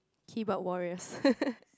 keyboard warriors